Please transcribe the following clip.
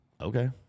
okay